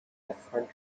farther